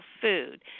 food